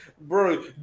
Bro